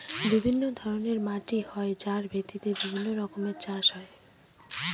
বিভিন্ন ধরনের মাটি হয় যার ভিত্তিতে বিভিন্ন রকমের চাষ হয়